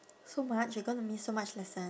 so much you're gonna miss so much lesson